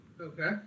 Okay